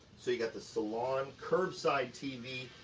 so you got the salon um curbside tv,